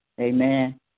Amen